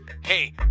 Hey